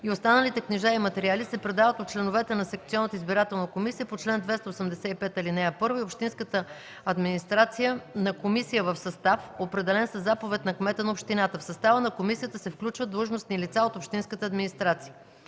и останалите книжа и материали се предават от членовете на секционната избирателна комисия по чл. 285, ал. 1 в общинската администрация на комисия в състав, определен със заповед на кмета на общината. В състава на комисията се включват длъжностни лица от общинската администрация.